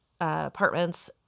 apartments